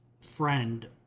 friend